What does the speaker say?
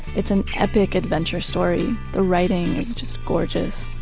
it's an epic adventure story. the writing is just gorgeous.